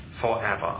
forever